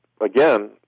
again